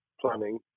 planning